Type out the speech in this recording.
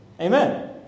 Amen